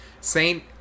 Saint